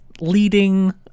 leading